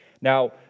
Now